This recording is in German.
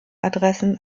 adressen